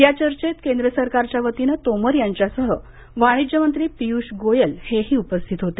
या चर्चेत केंद्र सरकारच्या वतीनं तोमर यांच्यासह वाणिज्य मंत्री पियुष गोयल हेही उपस्थित होते